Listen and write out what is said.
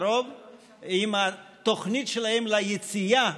הקרוב עם התוכנית שלהם ליציאה